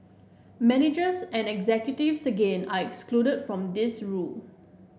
managers and executives again are excluded from this rule